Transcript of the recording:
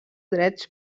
drets